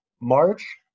March